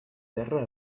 terra